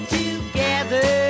together